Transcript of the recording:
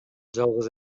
жалгыз